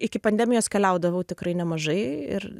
iki pandemijos keliaudavau tikrai nemažai ir